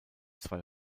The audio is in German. zwei